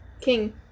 King